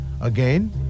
again